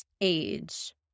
age